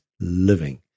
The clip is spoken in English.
living